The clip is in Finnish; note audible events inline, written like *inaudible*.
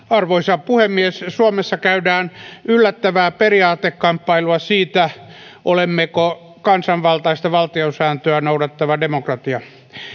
*unintelligible* arvoisa puhemies suomessa käydään yllättävää periaatekamppailua siitä olemmeko kansanvaltaista valtiosääntöä noudattava demokratia